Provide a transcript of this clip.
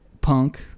Punk